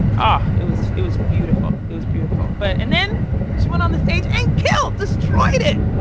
ah, it was it was beautiful. it was beautiful. but and then she went on the stage and killed destroyed it.